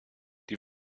die